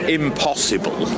impossible